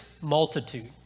multitude